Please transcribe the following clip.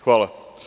Hvala.